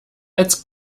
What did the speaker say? als